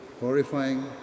horrifying